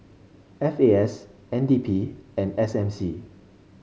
F A S N D P and S M C